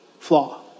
flaw